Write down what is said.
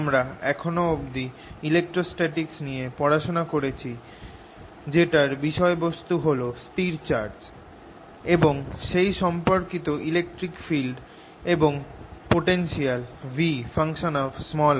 আমরা এখনো অবধি ইলেক্ট্রোস্ট্যাটিক্স নিয়ে পড়াশুনা করেছি যেটার বিষয়বস্তু হল স্থির চার্জ এবং সেই সম্পর্কিত ইলেকট্রিক ফিল্ড এবং পোটেনশিয়াল V